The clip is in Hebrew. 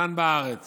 כאן בארץ